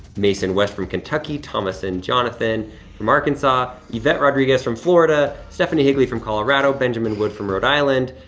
mason west from kentucky, thomas and jonathan from arkansas, yvette rodriguez from florida, stephanie higgley from colorado, benjamin wood from rhode island,